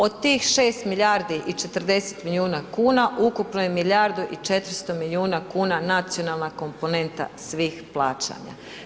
Od tih 6 milijardi i 40 milijuna kuna ukupno je milijardu i 400 milijuna kuna nacionalna komponenta svih plaćanja.